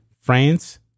France